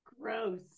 Gross